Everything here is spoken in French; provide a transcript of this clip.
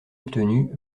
obtenu